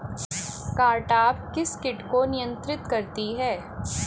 Cartap किस किट को नियंत्रित करती है?